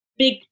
big